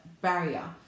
barrier